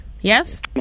yes